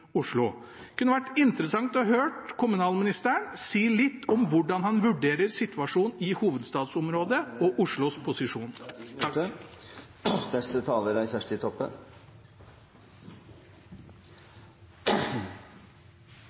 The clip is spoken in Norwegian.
Oslo. Det kunne vært interessant å høre kommunalministeren si litt om hvordan han vurderer situasjonen i hovedstadsområdet og Oslos posisjon.